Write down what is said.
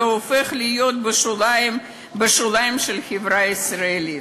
והופך להיות בשוליים של החברה הישראלית.